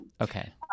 okay